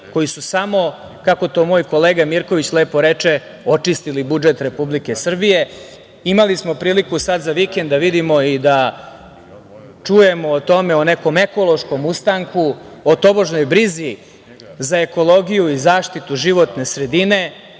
koji su samo, kako to moj kolega Mirković lepo reče, očistili budžet Republike Srbije. Imali smo priliku sada za vikend da vidimo i da čujemo o tome, o nekom ekološkom ustanku, o tobožnoj brizi za ekologiju i zaštitu životne sredine